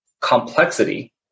complexity